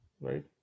right